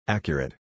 Accurate